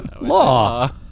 Law